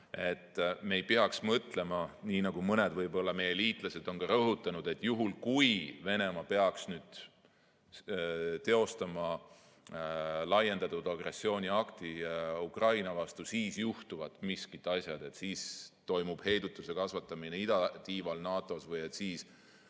me ei peaks mõtlema nii, nagu mõned meie liitlased on rõhutanud, et juhul kui Venemaa peaks teostama laiendatud agressiooniakti Ukraina vastu, juhtuvad miskid asjad – siis toimub heidutuse kasvatamine idatiival NATO-s või siis